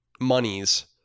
monies